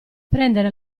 prendere